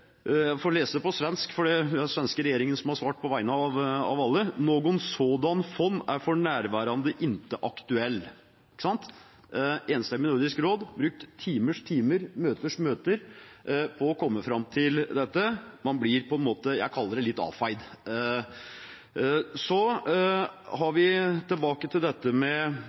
jeg får lese det på svensk, for det er den svenske regjeringen som har svart på vegne av alle: «Någon sådan fond är för närvarande inte aktuell.» Her har et enstemmig Nordisk råd brukt timers timer og møters møter på å komme fram til dette. Man blir på en måte litt avfeid, vil jeg kalle det.